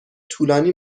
طولانی